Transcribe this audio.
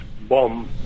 bomb